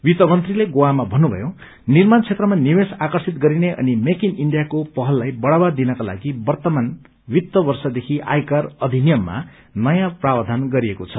वित्तमंत्रीले गोवामा भन्नुभयो निर्माण क्षेत्रमा निवेश आर्कषित गरिने अनि मे इन इण्डिया को पहललाई बढ़ावा दिनका लागि वर्तमान वित्तवर्ष देखि आयकर अधिनियममा नयाँ प्रापवधान गरिएको छ